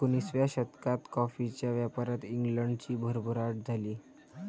एकोणिसाव्या शतकात कॉफीच्या व्यापारात इंग्लंडची भरभराट झाली